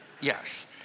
yes